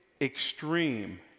extreme